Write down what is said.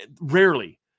rarely